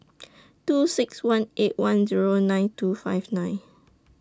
two six one eight one Zero nine two five nine